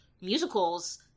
musicals